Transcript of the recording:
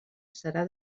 serà